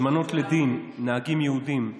הזמנות לדין של נהגים יהודים,